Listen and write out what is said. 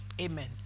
amen